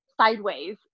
sideways